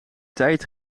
tijd